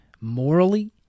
morally